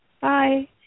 Bye